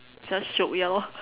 just shiok ya lor